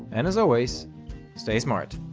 and as always stay smart.